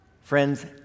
Friends